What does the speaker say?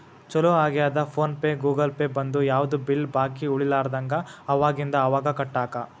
ಚೊಲೋ ಆಗ್ಯದ PhonePe Google Pay ಬಂದು ಯಾವ್ದು ಬಿಲ್ ಬಾಕಿ ಉಳಿಲಾರದಂಗ ಅವಾಗಿಂದ ಅವಾಗ ಕಟ್ಟಾಕ